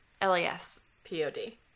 L-A-S-P-O-D